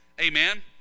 Amen